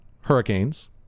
hurricanes